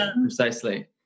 Precisely